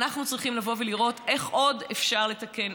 אנחנו צריכים לראות איך עוד אפשר לתקן,